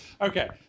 Okay